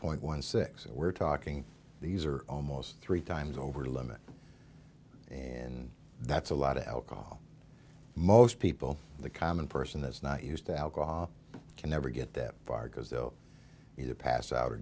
point one six and we're talking these are almost three times over the limit and that's a lot of alcohol most people the common person that's not used alcohol can never get that far because they'll either pass out or